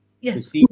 Yes